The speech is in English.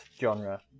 genre